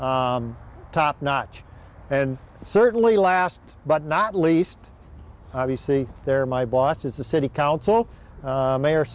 top notch and certainly last but not least obviously they're my boss is the city council mayor